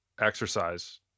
exercise